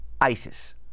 ISIS